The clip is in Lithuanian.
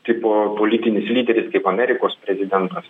tipo politinis lyderis kaip amerikos prezidentas